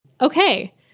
Okay